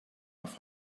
auf